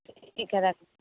ठीक हइ राखू